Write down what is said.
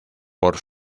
por